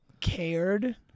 cared